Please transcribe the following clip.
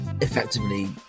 effectively